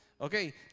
Okay